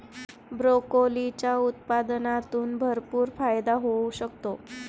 ब्रोकोलीच्या उत्पादनातून भरपूर फायदा होऊ शकतो